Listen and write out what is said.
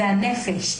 זה הנפש.